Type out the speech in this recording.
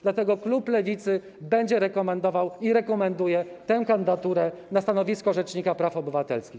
Dlatego klub Lewicy będzie rekomendował i rekomenduje tę kandydaturę na stanowisko rzecznika praw obywatelskich.